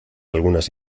algunas